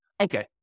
Okay